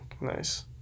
Nice